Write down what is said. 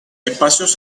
espacios